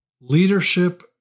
Leadership